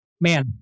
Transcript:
Man